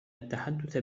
التحدث